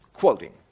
Quoting